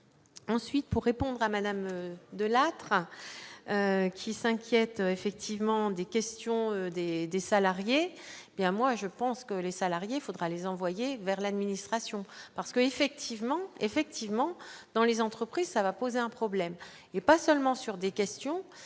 ensuite pour répondre à Madame Delacroix qui s'inquiète effectivement des questions des des salariés, hé bien moi je pense que les salariés, il faudra les envoyer vers l'administration parce que, effectivement, effectivement, dans les entreprises, ça va poser un problème et pas seulement sur des questions